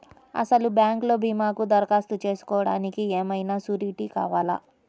అసలు బ్యాంక్లో భీమాకు దరఖాస్తు చేసుకోవడానికి ఏమయినా సూరీటీ కావాలా?